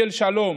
של שלום,